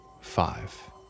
five